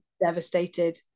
devastated